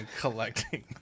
collecting